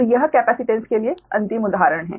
तो यह कैपेसिटेन्स के लिए अंतिम उदाहरण है